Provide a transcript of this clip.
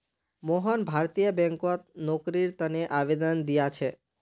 मोहन भारतीय बैंकत नौकरीर तने आवेदन दिया छे